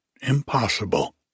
impossible